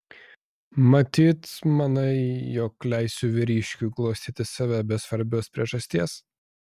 matyt manai jog leisiu vyriškiui glostyti save be svarbios priežasties